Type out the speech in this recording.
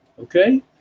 okay